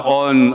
on